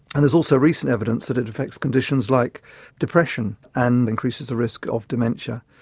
and there's also recent evidence that it affects conditions like depression and increases the risk of dementia.